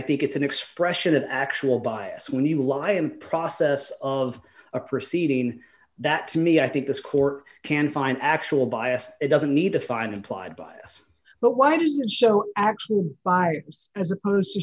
i think it's an expression of actual bias when you lie in process of a proceeding that to me i think this court can find actual bias it doesn't need to find implied bias but why does it show actual buyers as opposed to